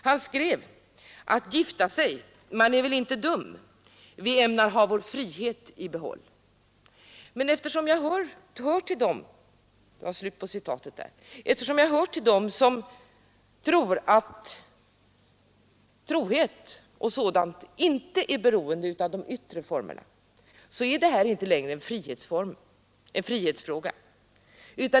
Han skrev: ”Att gifta sig — man är väl inte dum, vi ämnar ha vår frihet i behåll.” Men eftersom jag hör till dem som menar att trohet och sådant inte är beroende av de yttre formerna, så anser jag att det här inte längre är en frihetsfråga.